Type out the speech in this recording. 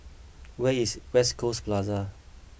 where is West Coast Plaza